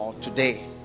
today